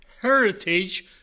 heritage